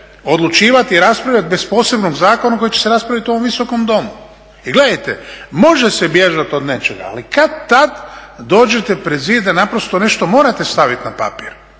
odlučivati i raspravljati bez posebnog zakona kojim će se raspraviti u ovom visokom domu. I gledajte, može se bježati od nečega ali kad-tad dođete pred zid da naprosto nešto morate staviti na papir.